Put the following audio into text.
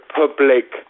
public